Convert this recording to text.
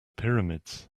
pyramids